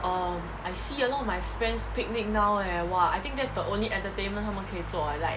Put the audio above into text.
um I see a lot of my friends picnic now eh !wah! I think that's the only entertainment 他们可以做 like